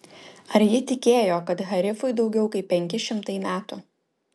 ar ji tikėjo kad harifui daugiau kaip penki šimtai metų